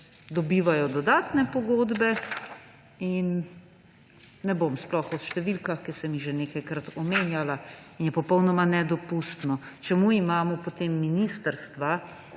dobivajo dodatne pogodbe − ne bom sploh o številkah, ki sem jih že nekajkrat omenjala − kar je popolnoma nedopustno. Čemu imamo potem ministrstva